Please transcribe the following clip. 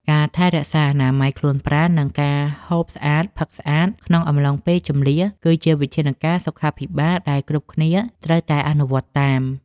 ការថែរក្សាអនាម័យខ្លួនប្រាណ និងការហូបស្អាតផឹកស្អាតក្នុងអំឡុងពេលជម្លៀស គឺជាវិធានការសុខាភិបាលដែលគ្រប់គ្នាត្រូវតែអនុវត្តតាម។